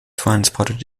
transported